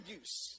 use